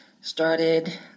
Started